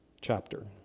chapter